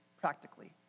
practically